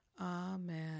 Amen